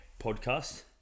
podcast